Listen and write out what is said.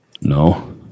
No